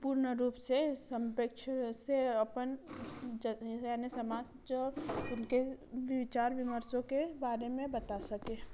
पूर्ण रूप से सम्पेक्ष से अपन ज़ यानी समास्च उनके विचार विमर्शों के बारे में बता सकें